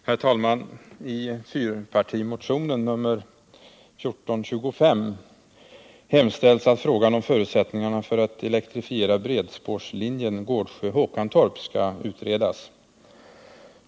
Herr talman! I fyrpartimotionen nr 1425 hemställs att frågan om förutsättningarna för att elektrifiera bredspårlinjen Gårdsjö-Håkantorp skall utredas.